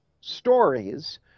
stories